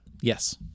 Yes